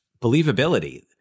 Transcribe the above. believability